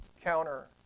counter